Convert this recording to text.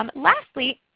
um lastly,